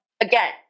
again